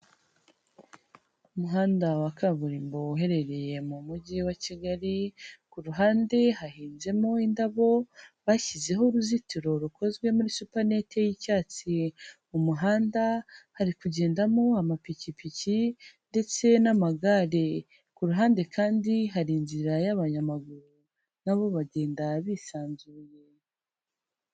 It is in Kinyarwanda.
Umuhanda wa kaburimbo uherereye mu Mujyi wa Kigali, ku ruhande hahinzemo indabo, bashyizeho uruzitiro rukozwe muri supanete y'icyatsi, mu muhanda hari kugendamo amapikipiki ndetse n'amagare. Ku ruhande kandi hari inzira y'abanyamaguru na bo bagenda bisanzuye.